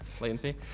latency